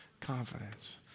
confidence